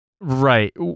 right